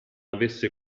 avesse